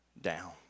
down